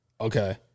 Okay